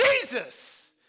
Jesus